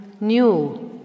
new